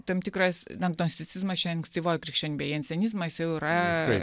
tam tikras dna iagnosistizmas izmas čia ankstyvoji krikščionybė į nizmą jis jau yra